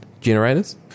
generators